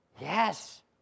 Yes